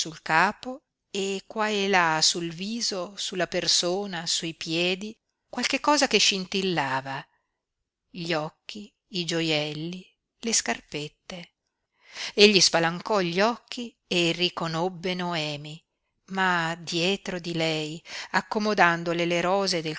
sul capo e qua e là sul viso sulla persona sui piedi qualche cosa che scintillava gli occhi i gioielli le scarpette egli spalancò gli occhi e riconobbe noemi ma dietro di lei accomodandole le rose